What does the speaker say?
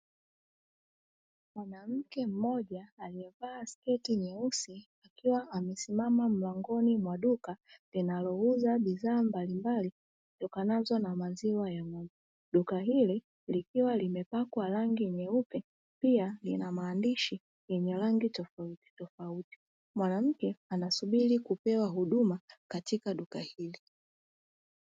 Mwanamke mmoja aliyevaa sketi nyeusi akiwa amesimama mlangoni mwa duka linalouza bidhaa mbalimbali zitokanazo na maziwa ya ng'ombe. Duka hili likiwa limepakwa rangi nyeupe pia lina maandishi yenye rangi tofautitofauti. Mwanamke anasubiri kupewa huduma katika duka hili.